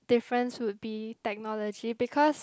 difference would be technology because